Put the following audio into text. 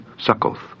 Succoth